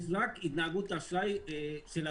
יש רק התנהגות אשראי של הצרכן.